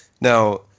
now